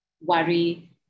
worry